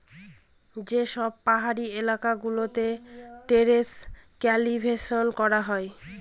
যে সব পাহাড়ি এলাকা গুলোতে টেরেস কাল্টিভেশন করা হয়